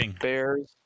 bears